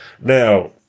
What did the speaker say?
Now